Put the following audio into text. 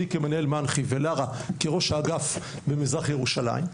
אני כמנהל מנח"י ולארה כראש האגף במזרח ירושלים.